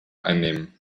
einnehmen